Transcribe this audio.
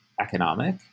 economic